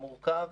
שמורכב